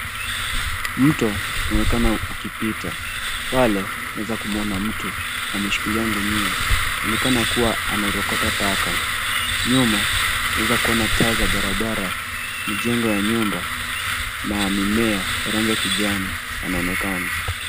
Mto unaonekana ukipita. Pale, unaweza kumwona mtu ameshikilia gunia. Inaonekana kuwa anaurokota taka. Nyuma, unaweza kuona taa za barabara , mijengo ya nyumba na mimea ya rangi ya kijani yanaonekana.